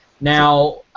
Now